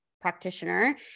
practitioner